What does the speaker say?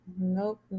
nope